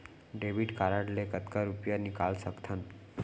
Debit card ले कतका रुपिया निकाल सकथन?